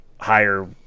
higher